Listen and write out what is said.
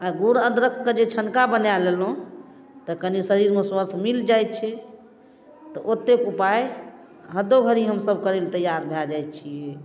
आओर गुड़ अदरकके जे छनका बना लेलहुँ तऽ कनी शरीरमे स्वर्थ मिल जाइ छै तऽ ओतेक उपाय हदो घड़ी हमसब करै लए तैयार भए जाइ छियै